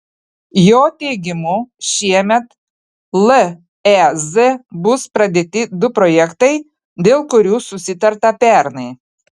jo teigimu šiemet lez bus pradėti du projektai dėl kurių susitarta pernai